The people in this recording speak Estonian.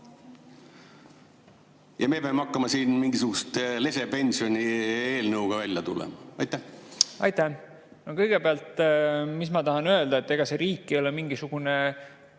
Ja me peame hakkama siin mingisuguse lesepensioni eelnõuga välja tulema. Aitäh! Kõigepealt, ma tahan öelda, et ega riik ei ole mingisugune